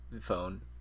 phone